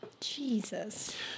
Jesus